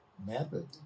method